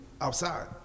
outside